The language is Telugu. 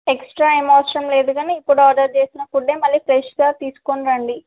ఎక్స్ట్రా ఏమి అవసరం లేదు కానీ ఇప్పుడు ఆర్డర్ చేసిన ఫుడ్ మళ్ళీ ఫ్రెష్గా తీసుకొని రండి